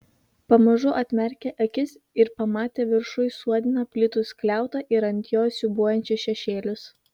pamažu atmerkė akis ir pamatė viršuj suodiną plytų skliautą ir ant jo siūbuojančius šešėlius